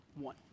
one